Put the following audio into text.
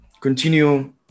continue